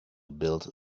build